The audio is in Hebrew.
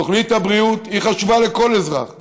תוכנית הבריאות חשובה לכל אזרח,